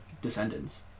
descendants